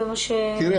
זה אומר ש --- תראי,